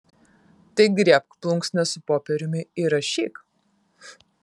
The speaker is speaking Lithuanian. tai griebk plunksną su popieriumi ir rašyk